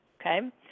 Okay